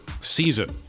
season